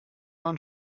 waren